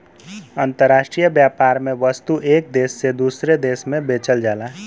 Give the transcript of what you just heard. अंतराष्ट्रीय व्यापार में वस्तु एक देश से दूसरे देश में बेचल जाला